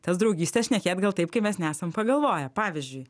tas draugystes šnekėt gal taip kai mes nesam pagalvoję pavyzdžiui